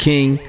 King